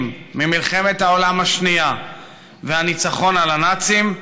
ממלחמת העולם השנייה והניצחון על הנאצים,